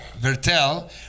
Vertel